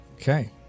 Okay